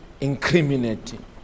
incriminating